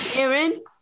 Aaron